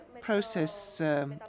process